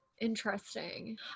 Interesting